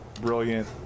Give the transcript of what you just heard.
brilliant